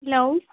hello